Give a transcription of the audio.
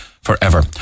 forever